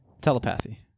Telepathy